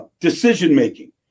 decision-making